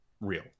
real